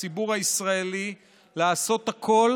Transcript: לציבור הישראלי לעשות הכול